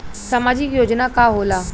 सामाजिक योजना का होला?